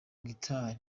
guitar